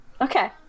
okay